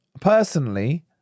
personally